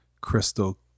crystal